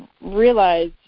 realize